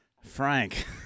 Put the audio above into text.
Frank